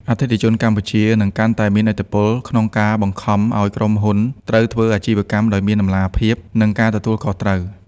អតិថិជនកម្ពុជានឹងកាន់តែមានឥទ្ធិពល ក្នុងការបង្ខំឱ្យក្រុមហ៊ុនត្រូវធ្វើអាជីវកម្មដោយមាន តម្លាភាព និងការទទួលខុសត្រូវ។